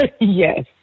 Yes